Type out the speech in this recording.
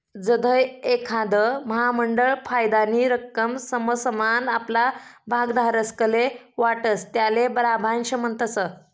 जधय एखांद महामंडळ फायदानी रक्कम समसमान आपला भागधारकस्ले वाटस त्याले लाभांश म्हणतस